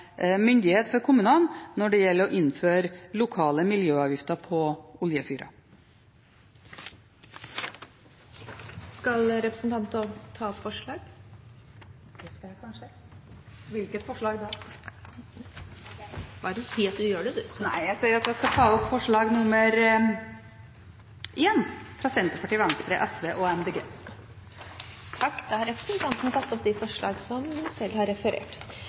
myndighet for kommunene når det gjelder å innføre lokale miljøavgifter på oljefyrer. Skal representanten ta opp forslag? Jeg tar opp forslag nr. 1, fra Senterpartiet, Venstre, SV og Miljøpartiet De Grønne. Representanten Marit Arnstad har tatt opp det forslaget hun refererte til. Luftforurensningen i de store byene må ned, og må ned raskt, fordi situasjonen de